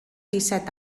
disset